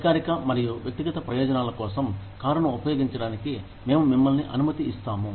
అధికారిక మరియు వ్యక్తిగత ప్రయోజనాల కోసం కారును ఉపయోగించడానికి మేము మిమ్మల్ని అనుమతి ఇస్తాము